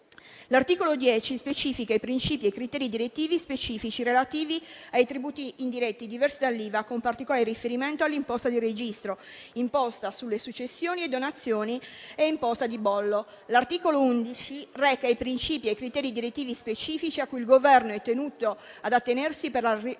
L'articolo 10 specifica i principi e i criteri direttivi specifici relativi ai tributi indiretti diversi dall'Iva, con particolare riferimento all'imposta di registro, imposta sulle successioni e donazioni e imposta di bollo. L'articolo 11 reca i principi e i criteri direttivi specifici a cui il Governo è tenuto ad attenersi per la revisione